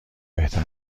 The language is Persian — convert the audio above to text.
بهتر